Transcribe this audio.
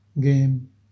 game